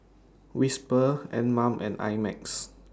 Whisper Anmum and I Max